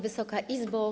Wysoka Izbo!